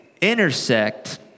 intersect